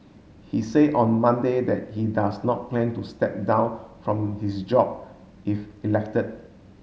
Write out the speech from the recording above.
he say on Monday that he does not plan to step down from his job if elected